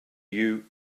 you